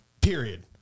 period